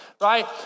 right